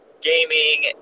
gaming